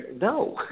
no